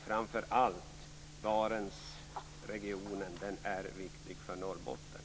Framför allt är Barentsregionen viktig för Norrbotten.